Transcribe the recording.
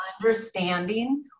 understanding